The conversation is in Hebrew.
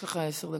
יש לך עשר דקות.